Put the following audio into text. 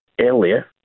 earlier